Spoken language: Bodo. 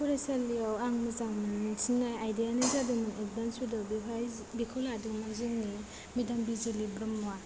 फरायसालियाव आं मोजां मोनसिननाय आयदायानो जादों एदभान्स बड' बेवहाय बेखौ लादोंमोन जोंनि मेदाम बिजुलि ब्रह्मआ